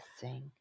sing